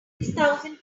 thousand